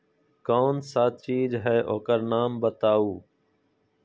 कौन सा चीज है ओकर नाम बताऊ?